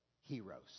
heroes